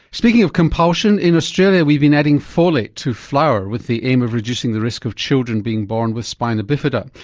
speaking of compulsion, in australia we have been adding folate to flour with the aim of reducing the risk of children being born with spina bifida.